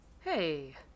Hey